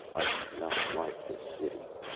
i do not like this city.